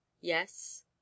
Yes